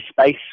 space